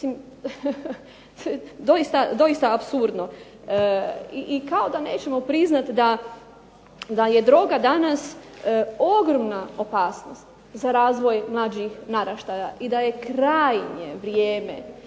doista apsurdno. I kao da nećemo priznat da je droga danas ogromna opasnost za razvoj mlađih naraštaja i da je krajnje vrijeme